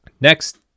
Next